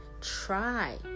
Try